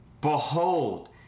Behold